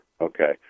Okay